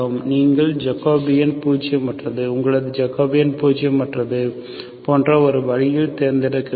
நீங்கள் ஜக்கோபியன் பூஜ்யமற்றது போன்ற ஒரு வழியில் தேர்ந்தெடுக்க வேண்டும்